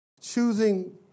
choosing